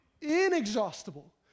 inexhaustible